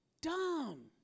Dumb